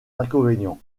inconvénients